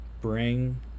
bring